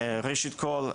ראשית כל,